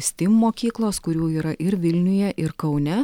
steam mokyklos kurių yra ir vilniuje ir kaune